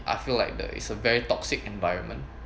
I feel like there is a very toxic environment